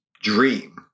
dream